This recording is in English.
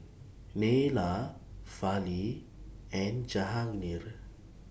Neila Fali and Jahangir